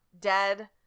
dead